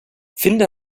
finde